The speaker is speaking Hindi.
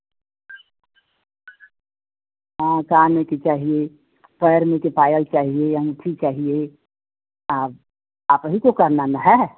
हाँ कान में के चाहिए पैर में के पायल चाहिए अंगूठी चहिए आप आप ही को करना ना हैं